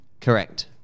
Correct